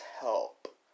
help